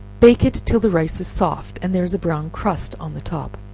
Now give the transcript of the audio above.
bake it till the rice is soft, and there is a brown crust on the top.